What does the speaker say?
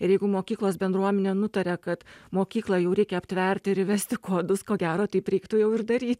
ir jeigu mokyklos bendruomenė nutarė kad mokyklą jau reikia aptverti ir įvesti kodus ko gero taip reiktų jau ir daryt